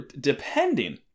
depending